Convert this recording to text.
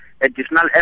additional